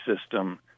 system